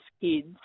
kids